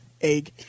egg